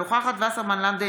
אינו נוכח גילה גמליאל,